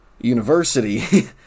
University